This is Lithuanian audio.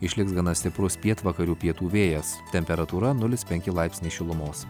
išliks gana stiprus pietvakarių pietų vėjas temperatūra nulis penki laipsniai šilumos